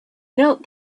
knelt